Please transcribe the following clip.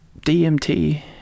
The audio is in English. DMT